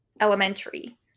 Elementary